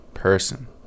person